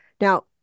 Now